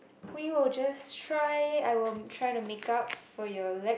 we will just try I will try to make up for your leg